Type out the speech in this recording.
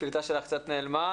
הקליטה שלך קצת נעלמה.